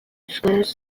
euskaraz